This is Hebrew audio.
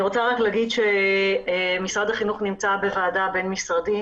לתת עזרה לאותם ילדים שנמצאים בבתים,